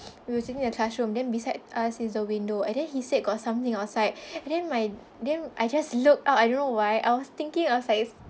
we were sitting in a classroom then beside us is the window and then he said got something outside then my then I just look out I don't know why I was thinking of like